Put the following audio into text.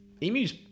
Emus